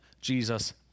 Jesus